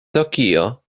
tokio